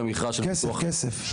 כסף, כסף.